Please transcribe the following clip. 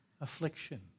affliction